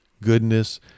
goodness